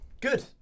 Good